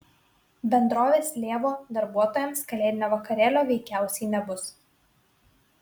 bendrovės lėvuo darbuotojams kalėdinio vakarėlio veikiausiai nebus